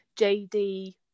JD